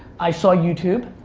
i saw youtube.